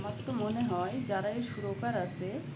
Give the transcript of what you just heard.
আমার তো মনে হয় যারা এই শুরকার আছে